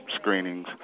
screenings